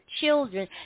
children